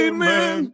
Amen